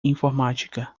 informática